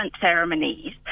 ceremonies